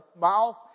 mouth